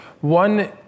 One